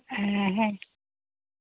ᱦᱮᱸ ᱦᱮᱸ